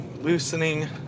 Loosening